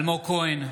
אלמוג כהן,